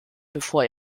bevor